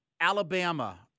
Alabama